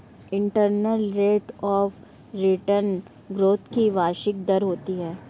internal rate of return growth की वार्षिक दर होती है